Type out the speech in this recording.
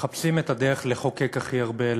מחפשים את הדרך לחוקק הכי הרבה,